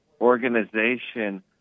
organization